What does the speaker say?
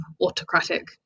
autocratic